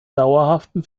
dauerhaften